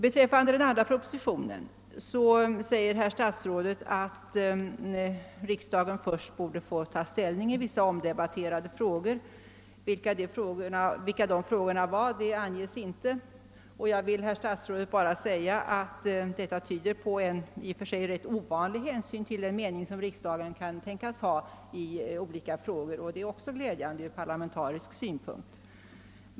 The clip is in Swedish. Beträffande den andra propositionen säger herr statsrådet att riksdagen först borde få ta ställning i vissa omdebatterade frågor. Vilka dessa frågor var angav han emellertid inte. Detta tyder, herr statsråd, på en i och för sig rätt ovanlig hänsyn till den mening som riksdagen kan tänkas ha i olika sammanhang, och det är också glädjande ur parlamentarisk synpunkt.